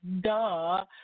Duh